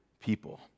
people